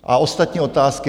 A ostatní otázky?